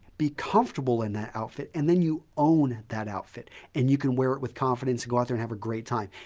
be comfortable in that outfit, and then you own that outfit and you can wear it with confidence and go out there and have a great time.